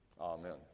Amen